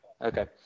Okay